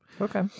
Okay